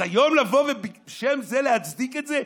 אז היום לבוא ובשם זה להצדיק את זה,